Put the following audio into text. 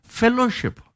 fellowship